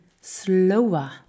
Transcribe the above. slower